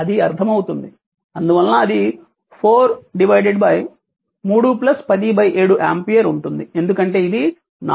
అది అర్థమవుతుంది అందువలన అది 4 3 107 ఆంపియర్ ఉంటుంది ఎందుకంటే ఇది 4 వోల్ట్ సోర్స్